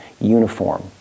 uniform